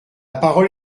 parole